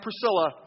Priscilla